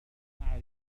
أعرف